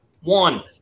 One